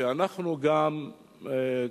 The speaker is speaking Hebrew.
ואנחנו גם,